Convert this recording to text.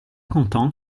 content